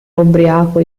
ubriaco